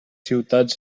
ciutats